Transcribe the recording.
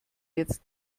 jetzt